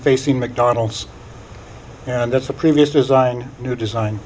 facing mcdonald's and that's a previous design new design